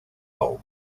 home